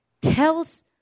tells